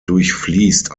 durchfließt